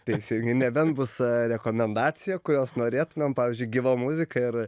tai nebent bus rekomendacija kurios norėtumėm pavyzdžiui gyva muzika ir